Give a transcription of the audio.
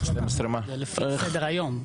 --- זה לפי סדר היום.